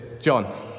John